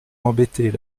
embêter